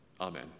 Amen